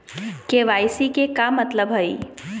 KYC के का मतलब हई?